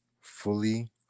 fully